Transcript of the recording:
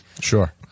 Sure